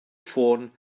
ffôn